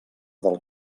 del